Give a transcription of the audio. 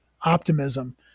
optimism